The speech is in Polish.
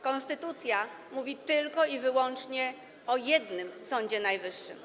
Konstytucja mówi tylko i wyłącznie o jednym Sądzie Najwyższym.